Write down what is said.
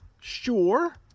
Sure